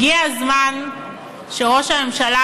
הגיע הזמן שראש הממשלה,